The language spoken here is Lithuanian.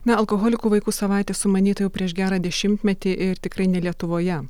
na alkoholikų vaikų savaitė sumanyta jau prieš gerą dešimtmetį ir tikrai ne lietuvoje